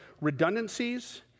redundancies